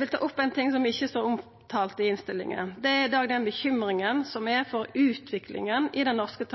vil ta opp ein ting som ikkje står omtalt i innstillinga. Det er bekymringa for utviklinga i den norske